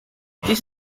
dies